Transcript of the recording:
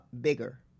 bigger